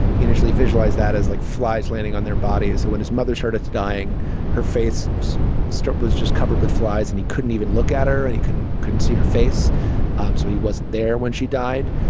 he initially visualized that as like flies landing on their bodies so when his mother started dying her face was just covered with flies and he couldn't even look at her and he couldn't couldn't see her face um so he wasn't there when she died.